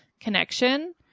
connection